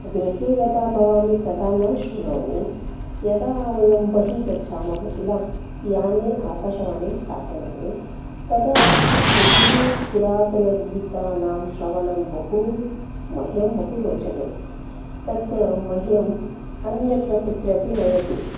गृहे यदा भवामि तदा न श्रुणोमि यदा वयं बहिः गच्छामः किल याने आकाशवाणीं स्थापयामि तदा बहू पुरातनगीतानां श्रवणं बहू मह्यं बहु रोचते तद् मह्यम् अन्यत्र कुत्रापि नयति